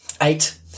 eight